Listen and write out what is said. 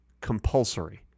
compulsory